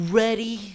ready